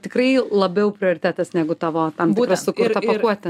tikrai labiau prioritetas negu tavo tam tikra sukurta pakuotė